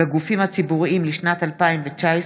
התשפ"ב 2021,